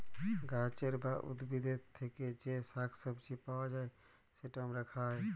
গাহাচের বা উদ্ভিদের থ্যাকে যে শাক সবজি পাউয়া যায়, যেট আমরা খায়